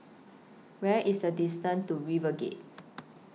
Where IS The distance to RiverGate